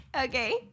Okay